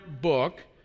book